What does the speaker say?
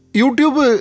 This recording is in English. YouTube